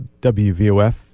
WVOF